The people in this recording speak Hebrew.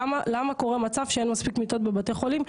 למה קורה מצב שאין מספיק מיטות בבתי חולים?